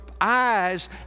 eyes